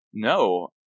No